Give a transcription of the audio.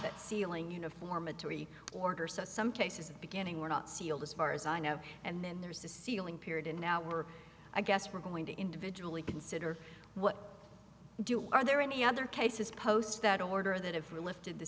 majority order so some cases of beginning were not sealed as far as i know and then there's the sealing period and now we're i guess we're going to individually consider what do are there any other cases post that order that if we lifted the